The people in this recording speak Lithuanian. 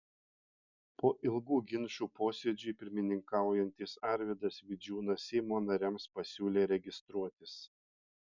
po ilgų ginčų posėdžiui pirmininkaujantis arvydas vidžiūnas seimo nariams pasiūlė registruotis